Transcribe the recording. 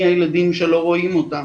מי הילדים שלא רואים אותם,